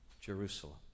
Jerusalem